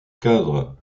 cadre